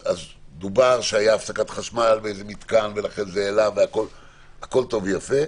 דובר שהייתה הפסקת חשמל באיזה מתקן הכול טוב ויפה,